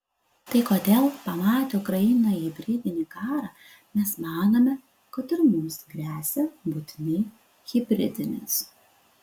tai kodėl pamatę ukrainoje hibridinį karą mes manome kad ir mums gresia būtinai hibridinis